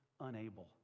unable